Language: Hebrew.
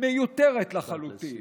מיותרת לחלוטין,